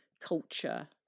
culture